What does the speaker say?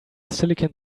silicon